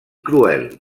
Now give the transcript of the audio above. cruel